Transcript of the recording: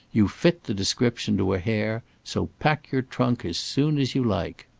you fit the description to a hair so pack your trunk as soon as you like.